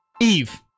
eve